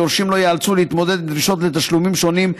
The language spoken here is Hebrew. היורשים לא ייאלצו להתמודד עם דרישות לתשלומים שונים,